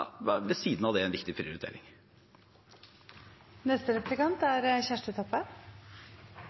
bare fra staten, er, ved siden av det, en viktig